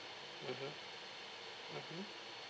mmhmm mmhmm